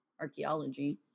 archaeology